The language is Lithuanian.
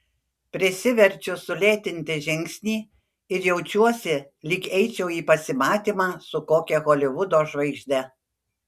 prisiverčiu sulėtinti žingsnį ir jaučiuosi lyg eičiau į pasimatymą su kokia holivudo žvaigžde